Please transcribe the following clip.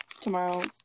tomorrow's